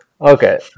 okay